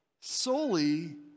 solely